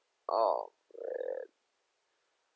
oh man